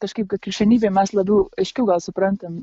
kažkaip kad krikščionybėj mes labiau aiškiau suprantam